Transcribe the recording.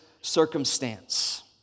circumstance